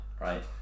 right